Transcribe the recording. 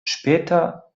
später